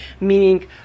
meaning